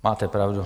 Máte pravdu.